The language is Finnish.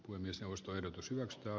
uinnissa ostoehdotus nostaa